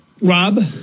Rob